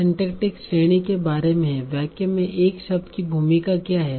तो यह सिंटैक्टिक श्रेणी के बारे में है वाक्य में एक शब्द की भूमिका क्या है